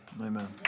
Amen